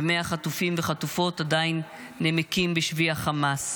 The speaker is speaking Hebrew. ו-100 חטופים וחטופות עדיין נמקים בשבי החמאס.